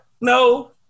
No